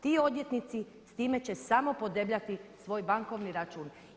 Ti odvjetnici s time će samo podebljati svoj bankovni račun.